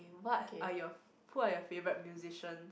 what are your who are your favourite musicians